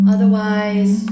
Otherwise